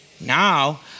now